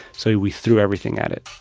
so we threw everything at it.